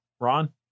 Ron